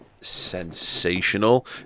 sensational